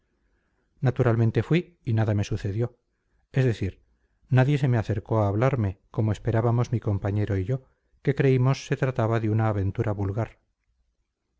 naturalmente fui y nada me sucedió es decir nadie se me acercó a hablarme como esperábamos mi compañero y yo que creímos se trataba de una aventura vulgar